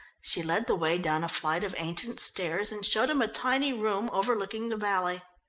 she led the way down a flight of ancient stairs and showed him a tiny room overlooking the valley.